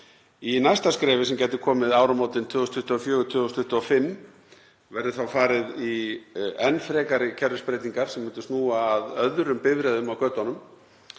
Í næsta skrefi, sem gæti komið áramótin 2024/2025, yrði farið í enn frekari kerfisbreytingar sem myndu snúa að öðrum bifreiðum á götunum